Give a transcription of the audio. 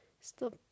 stop